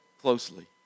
closely